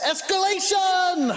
Escalation